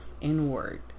inward